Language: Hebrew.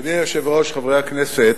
אדוני היושב-ראש, חברי הכנסת,